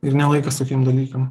ir ne laikas tokiem dalykam